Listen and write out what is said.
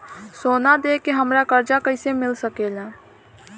सोना दे के हमरा कर्जा कईसे मिल सकेला?